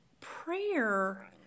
prayer